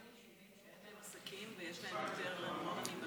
מה עם יישובים שאין להם עסקים ויש להם יותר ארנונה מבתים?